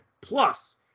Plus